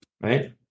Right